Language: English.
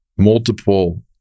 Multiple